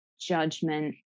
judgment